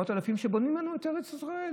מאות אלפים, בונים לנו את ארץ ישראל.